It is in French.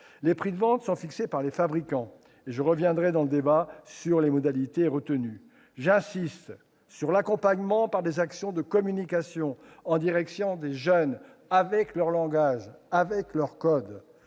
Les prix de vente sont fixés par les fabricants ; je reviendrai dans le cours du débat sur les modalités retenues. J'insiste sur trois points : l'accompagnement par des actions de communication en direction des jeunes avec leur langage, leurs codes